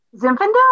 Zinfandel